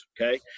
Okay